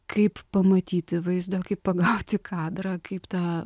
kaip pamatyti vaizdą kaip pagauti kadrą kaip tą